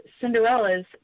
Cinderella's